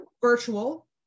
virtual